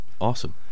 Awesome